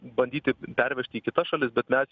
bandyti pervežti į kitas šalis bet mes